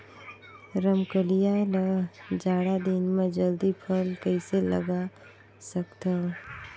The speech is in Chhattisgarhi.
रमकलिया ल जाड़ा दिन म जल्दी फल कइसे लगा सकथव?